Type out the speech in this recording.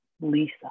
Lisa